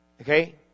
Okay